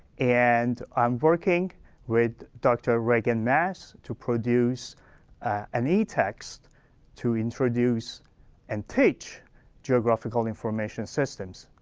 and i'm working with dr. regan maas to produce an etext to introduce and teach geographical information systems.